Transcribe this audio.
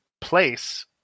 place